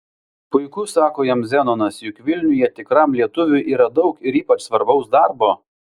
puiku sako jam zenonas juk vilniuje tikram lietuviui yra daug ir ypač svarbaus darbo